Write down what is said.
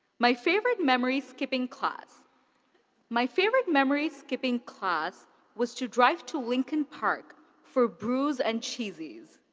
my favorite memory skipping class my favorite memory skipping class was to drive to lincoln park for brews and cheesies.